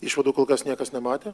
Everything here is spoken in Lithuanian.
išvadų kol kas niekas nematė